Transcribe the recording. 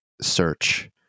search